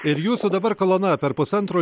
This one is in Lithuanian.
ir jūsų dabar kolona per pusantro